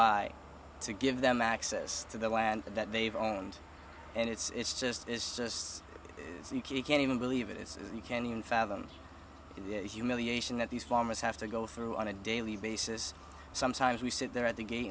by to give them access to the land that they've owned and it's just it's just like you can't even believe it is you can't even fathom the humiliation that these farmers have to go through on a daily basis sometimes we sit there at the gate